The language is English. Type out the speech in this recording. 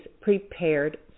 prepared